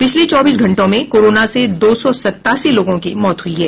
पिछले चौबीस घंटों में कोरोना से दो सौ सत्तासी लोगों की मौत हुई हैं